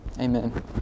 Amen